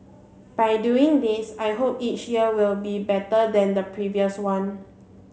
by doing this I hope each year will be better than the previous one